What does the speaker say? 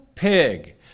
Pig